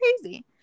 crazy